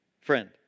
friend